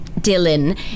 Dylan